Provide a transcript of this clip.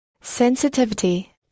Sensitivity